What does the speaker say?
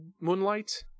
moonlight